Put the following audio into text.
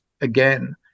again